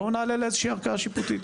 בוא נעלה לאיזושהי ערכאה שיפוטית,